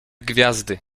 gwiazdy